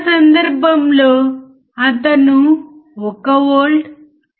circuit ఇప్పటికే connect అయిందని మనం చూడవచ్చు